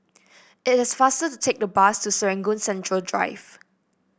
it is faster to take the bus to Serangoon Central Drive